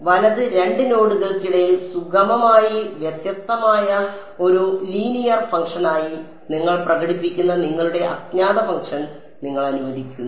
വലത് 2 നോഡുകൾക്കിടയിൽ സുഗമമായി വ്യത്യസ്തമായ ഒരു ലീനിയർ ഫംഗ്ഷനായി നിങ്ങൾ പ്രകടിപ്പിക്കുന്ന നിങ്ങളുടെ അജ്ഞാത ഫംഗ്ഷൻ നിങ്ങൾ അനുവദിക്കുന്നു